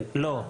לא,